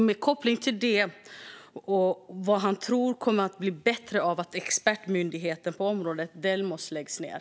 Med koppling till det vill jag också fråga vad han tror kommer att bli bättre av att expertmyndigheten på området, Delmos, läggs ned.